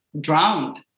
drowned